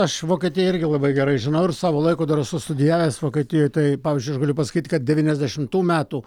aš vokietiją irgi labai gerai žinau ir savo laiku dar esu studijavęs vokietijoj tai pavyzdžiui aš galiu pasakyti kad devyniasdešimtų metų